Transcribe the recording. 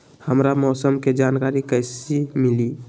हमरा मौसम के जानकारी कैसी मिली?